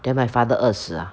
then my father 饿死 ah